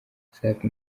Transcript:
safi